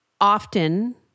often